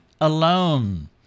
alone